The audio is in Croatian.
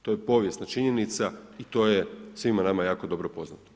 To je povijesna činjenica i to je svima nama jako dobro poznato.